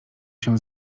się